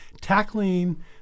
tackling